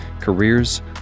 careers